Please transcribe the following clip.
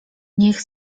niech